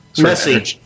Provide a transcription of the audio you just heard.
Messy